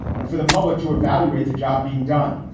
and for the public to evaluate the job being done.